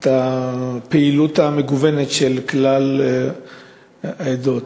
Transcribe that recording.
את הפעילות המגוונת של כלל העדות.